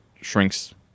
shrinks